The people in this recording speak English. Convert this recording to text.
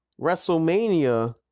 WrestleMania